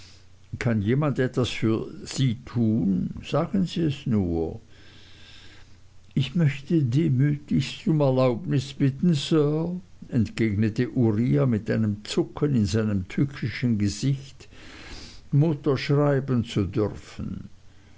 kann jemand etwas für sie tun sagen sie es nur ich möchte demütigst um erlaubnis bitten sir antwortete uriah mit einem zucken in seinem tückischen gesicht mutter schreiben zu dürfen